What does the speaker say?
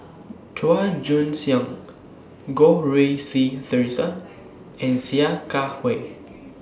Chua Joon Siang Goh Rui Si Theresa and Sia Kah Hui